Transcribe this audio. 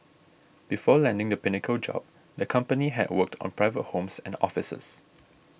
before landing the Pinnacle job the company had worked on private homes and offices